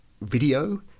video